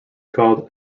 called